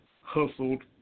hustled